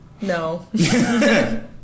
no